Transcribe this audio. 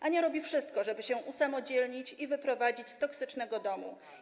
Ania robi wszystko, żeby się usamodzielnić i wyprowadzić z toksycznego domu.